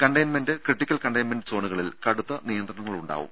containment critical containment സോണുകളിൽ കടുത്ത നിയന്ത്രണങ്ങളുണ്ടാകും